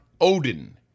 Odin